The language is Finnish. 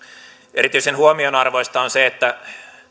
erityisen huomionarvoista on se että